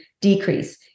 decrease